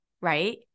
right